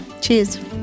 Cheers